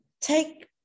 take